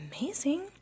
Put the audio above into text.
amazing